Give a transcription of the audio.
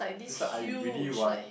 that's why I really want